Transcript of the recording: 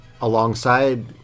Alongside